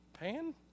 Pan